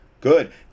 good